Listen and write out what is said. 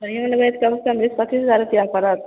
बढ़िआँ लेबै तऽ कमसँ कम बीस पचीस हजार रुपिआ पड़त